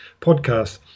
podcast